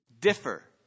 differ